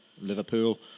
Liverpool